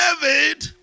David